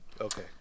Okay